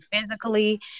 physically